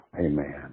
Amen